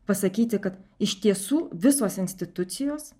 pasakyti kad iš tiesų visos institucijos